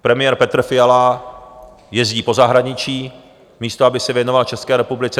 Premiér Petr Fiala jezdí po zahraničí, místo aby se věnoval České republice.